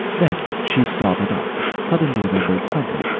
then she started up, suddenly remembering something.